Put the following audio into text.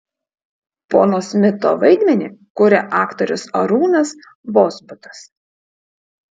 pono smito vaidmenį kuria aktorius arūnas vozbutas